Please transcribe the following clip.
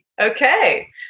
Okay